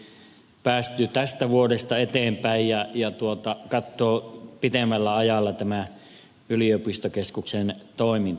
sillä olisi päästy tästä vuodesta eteenpäin ja voitu katsoa pitemmällä ajalla tämä yliopistokeskuksen toiminta